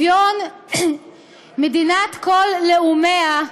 מדינת כל לאומיה,